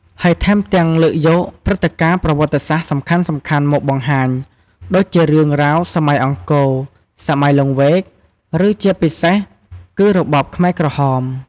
ហើយថែមទាំងលើកយកព្រឹត្តិការណ៍ប្រវត្តិសាស្ត្រសំខាន់ៗមកបង្ហាញ ដូចជារឿងរ៉ាវសម័យអង្គរ សម័យលង្វែក ឬជាពិសេសគឺរបបខ្មែរក្រហម ។